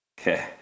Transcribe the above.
Okay